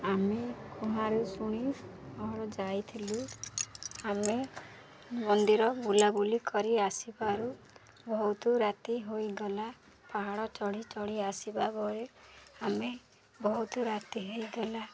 ଆମେ କୁଁଆଶୁଣି ଘର ଯାଇଥିଲୁ ଆମେ ମନ୍ଦିର ବୁଲା ବୁଲି କରି ଆସପାରୁ ବହୁତ ରାତି ହୋଇଗଲା ପାହାଡ଼ ଚଢ଼ି ଚଢ଼ି ଆସିବା ବଳେ ଆମେ ବହୁତ ରାତି ହେଇଗଲା